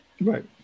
Right